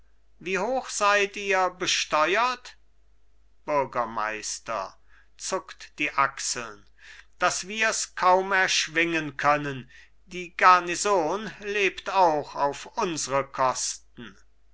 wie hoch seid ihr besteuert bürgermeister zuckt die achseln daß wirs kaum erschwingen können die garnison lebt auch auf unsre kosten